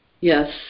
Yes